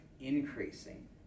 increasing